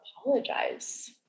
apologize